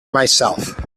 myself